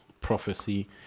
prophecy